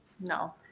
No